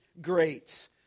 great